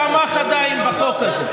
תמך עדיין בחוק הזה,